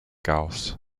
gauss